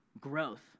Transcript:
growth